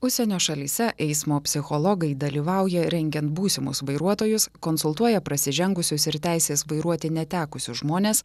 užsienio šalyse eismo psichologai dalyvauja rengiant būsimus vairuotojus konsultuoja prasižengusius ir teisės vairuoti netekusius žmones